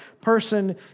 person